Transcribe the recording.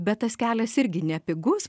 bet tas kelias irgi nepigus